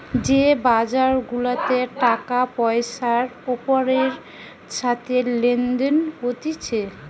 যে বাজার গুলাতে টাকা পয়সার ওপরের সাথে লেনদেন হতিছে